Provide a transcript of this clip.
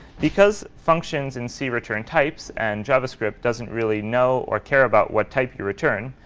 because functions in c return types, and javascript doesn't really know or care about what type you return,